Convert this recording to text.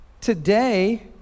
today